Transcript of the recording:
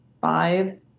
five